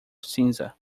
cinza